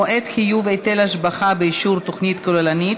מועד חיוב היטל השבחה באישור תוכנית כוללנית),